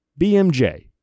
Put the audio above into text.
BMJ